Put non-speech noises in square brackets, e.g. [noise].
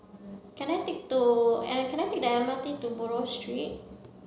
can I take [unintelligible] and can I take the M R T to Buroh Street